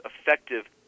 effective